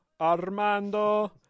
Armando